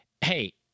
Hey